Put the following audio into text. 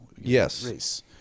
Yes